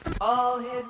All-Hit